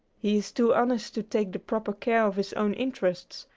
he is too honest to take the proper care of his own interests,